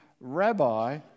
Rabbi